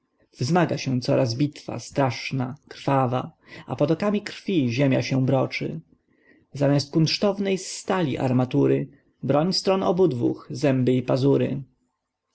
wzmaga się coraz bitwa straszna krwawa a potokami krwi ziemia się broczy zamiast kunsztownej z stali armatury broń stron obudwóch zęby i pazury